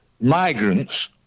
migrants